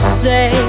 say